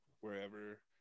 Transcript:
wherever